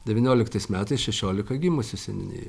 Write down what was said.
devynioliktais metais šešiolika gimusių seniūnijoj